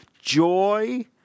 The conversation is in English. joy